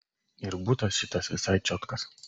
ir butas šitas visai čiotkas